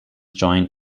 joined